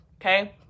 okay